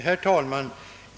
Herr talman!